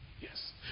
Yes